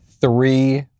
Three